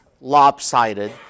lopsided